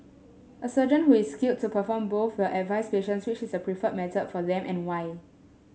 a surgeon who is skilled to perform both will advise patients which is the preferred method for them and why